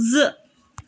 زٕ